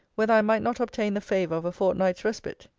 whether i might not obtain the favour of a fortnight's respite?